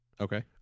okay